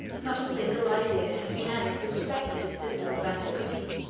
not a single idea has been added to the speculative systems of antiquity,